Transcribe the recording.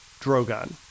Drogon